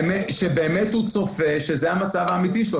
שבאמת הוא צופה שזה המצב האמיתי שלו,